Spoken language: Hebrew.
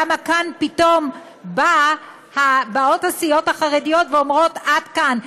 למה כאן פתאום באות הסיעות החרדיות ואומרות עד כאן?